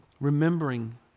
remembering